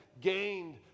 gained